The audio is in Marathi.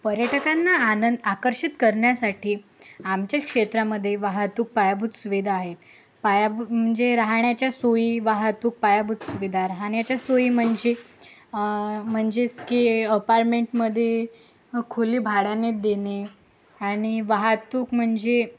पर्यटकांना आन आकर्षित करण्यासाठी आमच्या क्षेत्रामध्ये वाहतूक पायाभूत सुविधा आहेत पायाभूत म्हणजे राहण्याच्या सोयी वाहतूक पायाभूत सुविधा राहण्याच्या सोयी म्हणजे म्हणजेच की अपारमेन्टमध्ये खोली भाड्याने देणे आणि वाहतूक म्हणजे